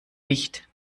nicht